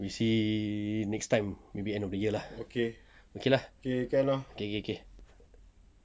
we see next time maybe end of the year lah okay lah K K K